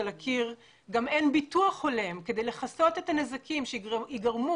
אין ביטוח הולם כדי לכסות את הנזקים שיגרמו